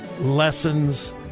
lessons